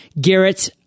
Garrett